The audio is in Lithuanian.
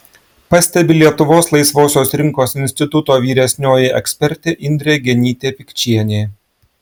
pastebi lietuvos laisvosios rinkos instituto vyresnioji ekspertė indrė genytė pikčienė